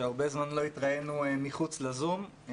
שהרבה זמן לא התראינו מחוץ לזום.